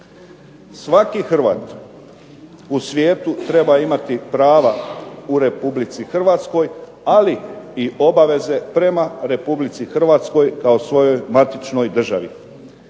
Svaki Hrvat u svijetu treba imati prava u Republici Hrvatskoj, ali i obaveze prema Republici Hrvatskoj kao svojoj matičnoj državi.